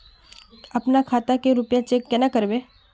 अपना खाता के रुपया चेक केना करबे?